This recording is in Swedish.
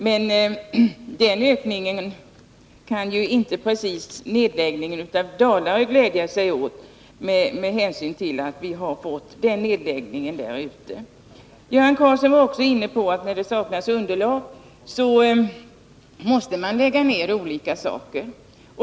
Men den ökningen är inte till någon glädje för dem som drabbas av nedläggningen av Dalarö apotek. Göran Karlsson var också inne på tanken att när det saknas underlag måste man lägga ner olika saker.